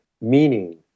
meaning